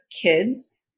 kids